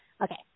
Okay